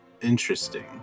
Interesting